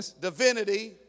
Divinity